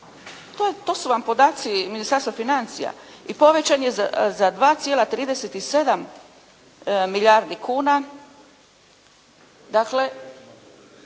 to su vam podaci Ministarstva financija i povećan je za 2,37 milijardi kuna.